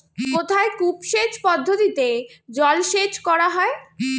কোথায় কূপ সেচ পদ্ধতিতে জলসেচ করা হয়?